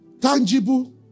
tangible